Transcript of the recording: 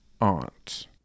aunt